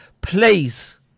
please